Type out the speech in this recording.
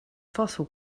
fossil